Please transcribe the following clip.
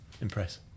impress